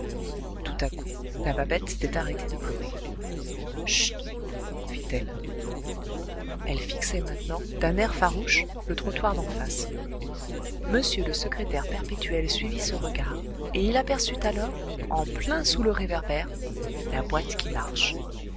tout à coup la babette s'était arrêtée de pleurer chut fit-elle elle fixait maintenant d'un air farouche le trottoir d'en face m le secrétaire perpétuel suivit ce regard et il aperçut alors en plein sous le réverbère la boîte qui marche